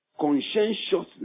conscientiousness